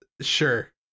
sure